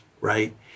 right